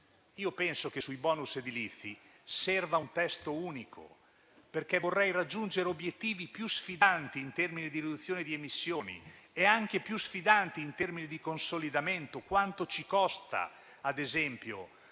Io penso che sui bonus edilizi serva un testo unico, perché vorrei raggiungere obiettivi più sfidanti in termini di riduzione delle emissioni e in termini di consolidamento. Quanto ci costa, ad esempio,